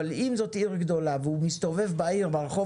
אבל אם זאת עיר גדולה והוא מסתובב בעיר ברחוב